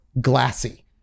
glassy